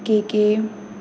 K K